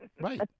right